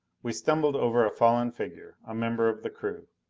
we stumbled over a fallen figure. a member of the crew.